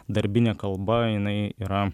darbinė kalba jinai yra